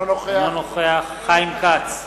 אינו נוכח חיים כץ,